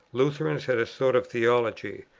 lutherans had a sort of theology,